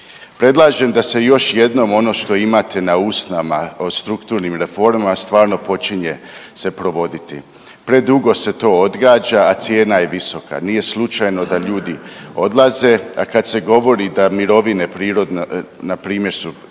Predlažem da se još jednom ono što imate na usnama o strukturnim reformama stvarno počinje se provoditi. Predugo se to odgađa, a cijena je visoka, nije slučajno da ljudi odlaze. A kad se govori da mirovine npr. su sigurne,